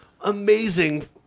Amazing